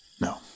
no